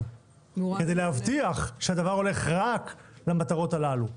כדי להבטיח שהדבר הולך רק למטרות הללו,